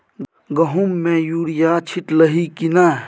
गहुम मे युरिया छीटलही की नै?